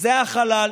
זה החלל,